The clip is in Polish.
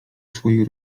swojej